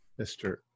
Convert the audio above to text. Mr